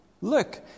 Look